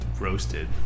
roasted